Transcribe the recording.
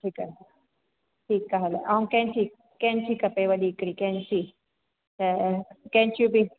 ठीकु आहे ठीकु आहे हलो ऐं कैंची कैंची खपे वॾी हिकिड़ी कैंची त कैंचियूं बि